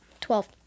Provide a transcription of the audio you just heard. Twelve